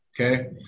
okay